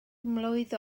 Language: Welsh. mlwydd